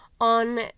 on